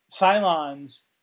Cylons